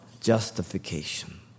justification